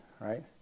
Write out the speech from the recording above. Right